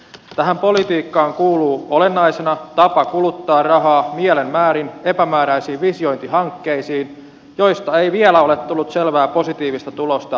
tähän politiikkaan kuuluu olennaisena tapa kuluttaa rahaa mielin määrin epämääräisiin visiointihankkeisiin joista ei vielä ole tullut selvää positiivista tulosta kansantaloudellemme